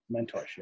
mentorship